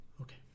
okay